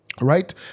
right